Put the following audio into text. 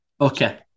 Okay